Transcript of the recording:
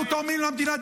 אנחנו תורמים למדינה.